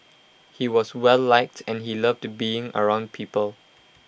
he was well liked and he loved being around people